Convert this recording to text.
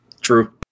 True